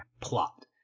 plot